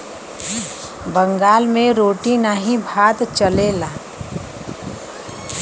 बंगाल मे रोटी नाही भात चलेला